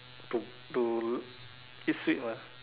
to to eat sweet mah